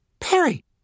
Perry